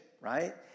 right